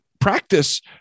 practice